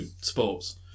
sports